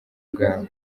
bwabo